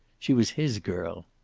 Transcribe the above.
she was his girl.